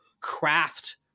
craft